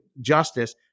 justice